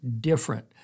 different